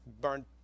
burned